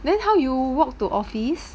then how you walk to office